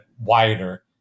wider